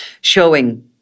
showing